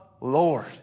Lord